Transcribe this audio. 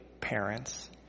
parents